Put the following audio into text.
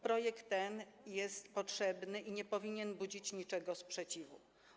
Projekt ten jest potrzebny i nie powinien budzić niczyjego sprzeciwu.